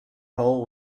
hole